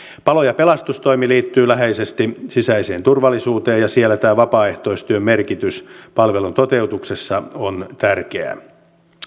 palo ja pelastustoimi liittyy läheisesti sisäiseen turvallisuuteen ja siellä tämä vapaaehtoistyön merkitys palvelun toteutuksessa on tärkeä